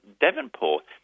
Devonport